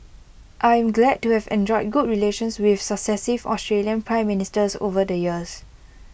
I am glad to have enjoyed good relations with successive Australian Prime Ministers over the years